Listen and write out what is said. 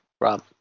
Rob